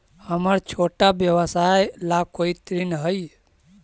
हमर छोटा व्यवसाय ला कोई ऋण हई?